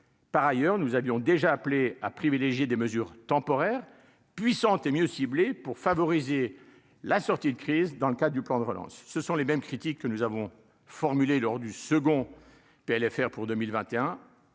par ailleurs, nous avions déjà appelé à privilégier des mesures temporaires puissante et mieux ciblé pour favoriser la sortie de crise dans le cas du plan de relance, ce sont les mêmes critiques que nous avons formulées lors du second PLFR pour 2021,